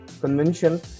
convention